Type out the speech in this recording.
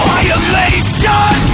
Violation